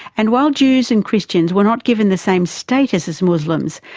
and while jews and christians were not given the same status as muslims,